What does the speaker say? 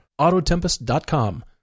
Autotempest.com